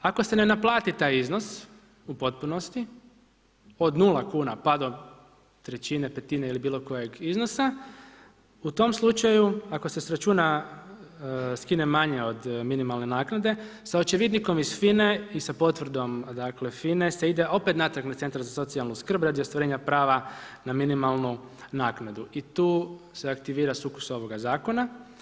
Ako se ne naplati taj iznos u potpunosti od nula kuna pa do trećine, petine ili bilo kojeg iznosa u tom slučaju ako se s računa skine manje od minimalne naknade sa očevidnikom iz FINA-e i sa potvrdom FINA-e se ide opet natrag na centar za socijalnu skrb radi ostvarenja prava na minimalnu naknadu i tu se aktivira sukus ovoga zakona.